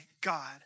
God